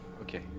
Okay